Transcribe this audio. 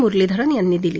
मुरलीधरन यांनी दिली